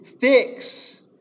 fix